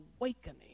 awakening